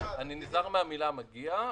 ומשרד --- אני נזהר מן המילה "מגיע".